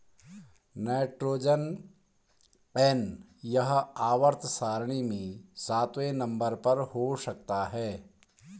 nitrogen N यह आवर्त सारणी में सातवें नंबर पर हो सकता है